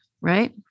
Right